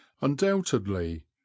Undoubtedly